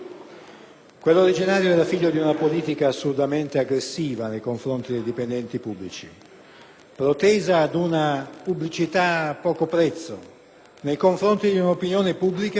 Quello originario era figlio di una politica assolutamente aggressiva nei confronti dei dipendenti pubblici, protesa ad una pubblicità a poco prezzo nei confronti di una opinione pubblica